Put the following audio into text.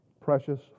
precious